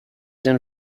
then